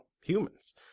humans